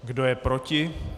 Kdo je proti?